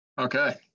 Okay